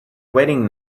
wedding